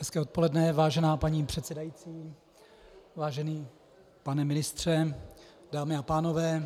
Hezké odpoledne, vážená paní předsedající, vážený pane ministře, dámy a pánové.